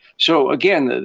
so, again,